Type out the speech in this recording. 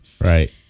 right